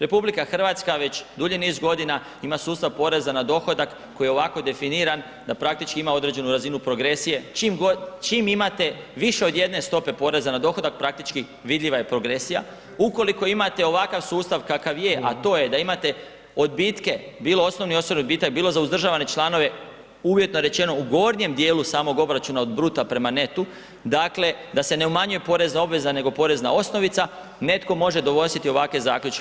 RH već dulji niz godina ima sustav poreza na dohodak koji je ovako definiran da praktički ima određenu razinu progresije, čim imate više od jedne stope poreza na dohodak praktički vidljiva je progresija, ukoliko imate ovakav sustav kakav je, a to je da imate odbitke, bilo osnovni osobni odbitak, bilo za uzdržavane članove, uvjetno rečeno u gornjem dijelu samog obračuna od bruta prema netu, dakle da se ne umanjuje porezna obveza nego porezna osnovica netko može donositi ovakve zaključke.